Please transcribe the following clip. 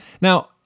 Now